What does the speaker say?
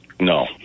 No